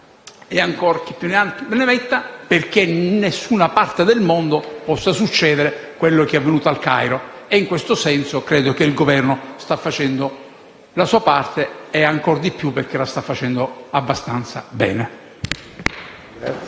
siriano, americano) perché in nessuna parte del mondo possa succedere quello che è avvenuto al Cairo. In questo senso credo che il Governo stia facendo la sua parte, e ancora di più la sta facendo abbastanza bene.